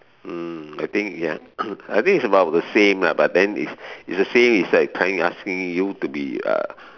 mm I think ya I think is about the same lah but then it's it's the same is like trying asking you to be a